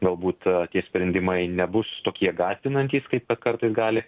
galbūt tie sprendimai nebus tokie gąsdinantys kaip kad kartais gali